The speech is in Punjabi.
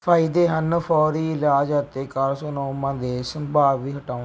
ਫਾਇਦੇ ਹਨ ਫੌਰੀ ਇਲਾਜ ਅਤੇ ਕਾਰਸੀਨੋਮਾ ਦੇ ਸੰਭਾਵੀ ਹਟਾਉਣ